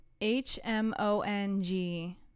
H-M-O-N-G